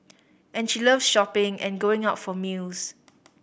and she loves shopping and going out for meals